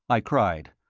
i cried.